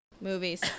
movies